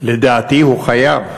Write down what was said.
לדעתי הוא חייב,